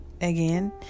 Again